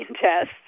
tests